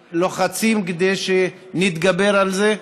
לוחצים כדי שנתגבר על זה.